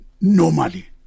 Normally